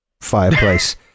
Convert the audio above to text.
fireplace